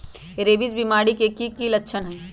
rabies बीमारी के कि कि लच्छन हई